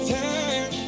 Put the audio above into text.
time